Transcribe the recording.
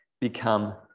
become